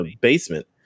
basement